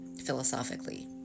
philosophically